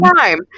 time